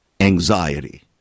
anxiety